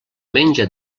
menja